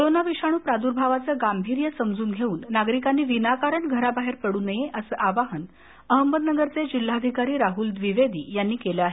corona विषाणू प्राद्र्भावाचं गांभीर्य समजून घेऊन नागरिकांनी विनाकारण घराबाहेर पडु नये असं आवाहन अहमदनगरचे जिल्हाधिकारी राहुल द्विवेदी यांनी केलं आहे